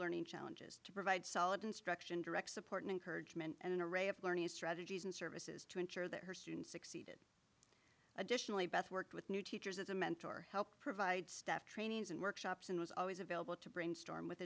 learning challenges to provide solid instruction direct support and encouragement and an array of learning strategies and services to ensure that her students additionally both worked with new teachers as a mentor help provide staff trainings and workshops and was always available to brainstorm with